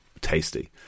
tasty